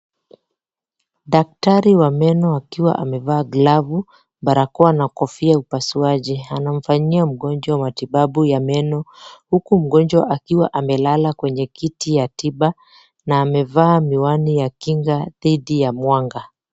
Daktari wa meno akiwa amevaa glavu, barakoa na kofia ya upasuaji anamfanyia mgonjwa matibabu ya meno huku mgonjwa akiwa amelala kwenye kiti ya tiba na amevaa miwani ya kinga dhidi ya mwanga.